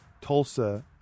Tulsa